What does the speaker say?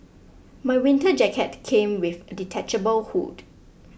my winter jacket came with a detachable hood